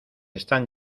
están